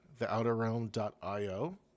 theouterrealm.io